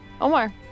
Omar